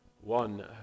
one